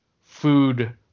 food